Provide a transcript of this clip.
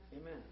Amen